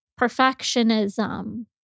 perfectionism